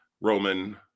Roman